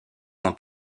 ont